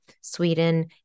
Sweden